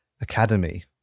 Academy